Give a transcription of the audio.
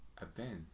events